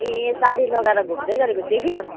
ए साडी लगाएर घुम्दै गरेको देख्यो